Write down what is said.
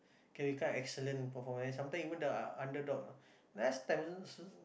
can become excellent performer and sometimes even the underdog last time